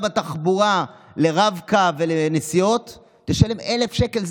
בתחבורה לרב-קו ולנסיעות תשלם 1,000 שקל.